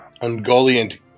Ungoliant